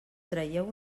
traieu